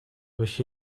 durch